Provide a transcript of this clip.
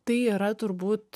tai yra turbūt